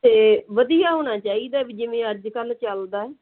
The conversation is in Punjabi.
ਅਤੇ ਵਧੀਆ ਹੋਣਾ ਚਾਹੀਦਾ ਵੀ ਜਿਵੇਂ ਅੱਜ ਕੱਲ੍ਹ ਚੱਲਦਾ ਹੈ